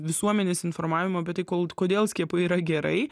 visuomenės informavimo bet kol kodėl skiepai yra gerai